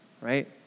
Right